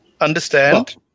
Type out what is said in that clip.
understand